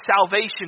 salvation